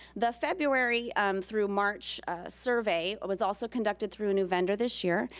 the february through march survey was also conducted through a new vendor this year.